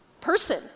person